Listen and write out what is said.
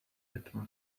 etwas